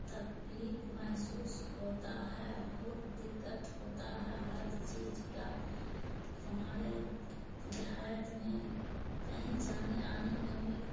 تکلیف محسوس ہوتا ہے بہت دقت ہوتا ہے ہر چیز کا ہمارے دیہات میں کہیں جانے آنے میں بھی